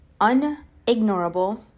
unignorable